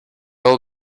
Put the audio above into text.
will